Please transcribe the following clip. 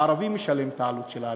הערבי משלם את עלות ההריסה.